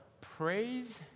praise